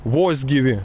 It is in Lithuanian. vos gyvi